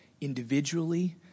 individually